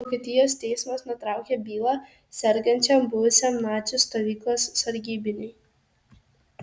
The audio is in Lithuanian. vokietijos teismas nutraukė bylą sergančiam buvusiam nacių stovyklos sargybiniui